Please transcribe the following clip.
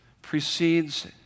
precedes